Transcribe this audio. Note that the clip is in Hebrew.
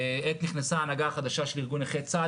עת נכנסה ההנהגה החדשה של ארגון נכי צה"ל,